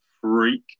freak